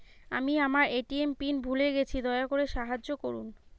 আমি আমার ATM PIN ভুলে গেছি, দয়া করে সাহায্য করুন